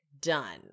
Done